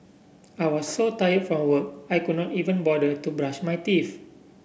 I was so tired from work I could not even bother to brush my teeth